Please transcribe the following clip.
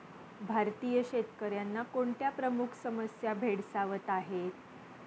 भारतीय शेतकऱ्यांना कोणत्या प्रमुख समस्या भेडसावत आहेत?